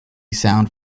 sound